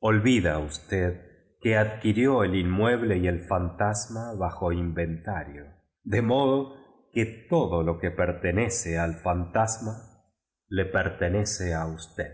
olvida usted que adquirió el inmueble y el fantasma bajo inventario be modo que todo lo que pertenece al fantasma le perte nece a usted